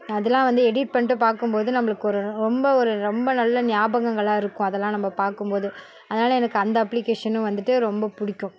அதெல்லாம் வந்து எடிட் பண்ணிட்டு பார்க்கும் போது நம்மளுக்கு ஒரு ரொம்ப ஒரு ரொம்ப நல்ல ஞாபகங்களாக இருக்கும் அதல்லாம் நம்ம பார்க்கும் போது அதனால் எனக்கு அந்த அப்ளிக்கேஷனும் வந்துட்டு ரொம்ப பிடிக்கும்